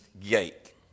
gate